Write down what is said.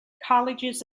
colleges